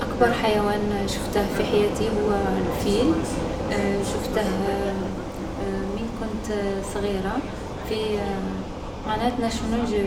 أكبر حيوان شفته في حياتي هو الفيل. شفته من كنت صغيرة في حديقة الحيوانات.